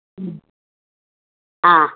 ம் ஆ